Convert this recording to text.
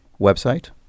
website